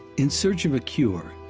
in search of a cure,